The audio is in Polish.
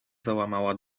załamała